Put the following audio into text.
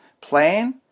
plan